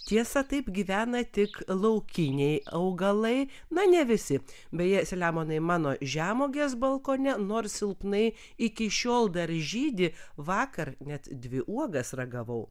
tiesa taip gyvena tik laukiniai augalai na ne visi beje selemonai mano žemuogės balkone nors silpnai iki šiol dar žydi vakar net dvi uogas ragavau